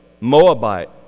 Moabite